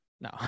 No